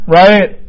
right